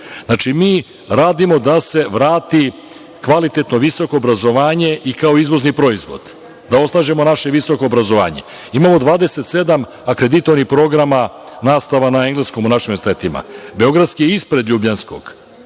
je bilo. Mi radimo da se vrati kvalitetno visoko obrazovanje i kao izvozni proizvod, da osnažimo naše visoko obrazovanje. imamo 27 akreditovanih programa nastava na engleskom u našim univerzitetima. Beogradski je ispred Ljubljanskog.